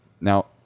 now